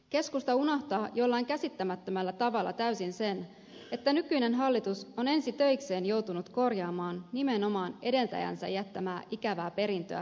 keskusta unohtaa jollain käsittämättömällä tavalla täysin sen että nykyinen hallitus on ensi töikseen joutunut korjaamaan nimenomaan edeltäjänsä jättämää ikävää perintöä